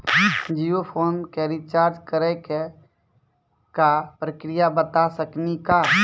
Jio phone के recharge करे के का प्रक्रिया बता साकिनी का?